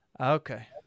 Okay